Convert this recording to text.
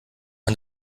man